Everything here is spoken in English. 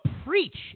preach